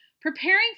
Preparing